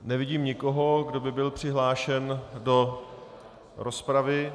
Nevidím nikoho, kdo by byl přihlášen do rozpravy.